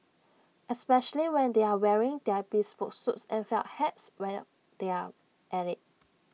especially when they are wearing their bespoke suits and felt hats while they are at IT